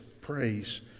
praise